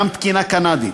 גם תקינה קנדית,